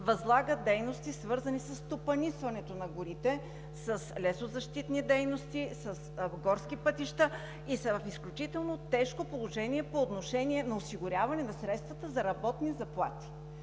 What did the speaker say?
възлагат дейности, свързани със стопанисването на горите, с лесозащитни дейности в горските пътища и са в изключително тежко положение по отношение на осигуряване на средствата за работни заплати,